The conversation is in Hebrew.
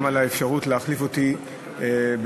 גם על האפשרות להחליף אותי בתפקידי,